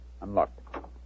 Unlocked